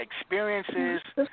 experiences